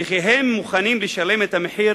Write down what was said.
וכי הם מוכנים לשלם את המחיר